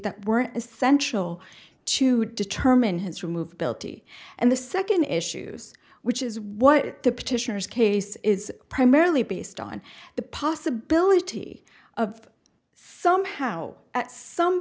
that were essential to determine his remove built and the second issues which is what the petitioners case is primarily based on the possibility of somehow at some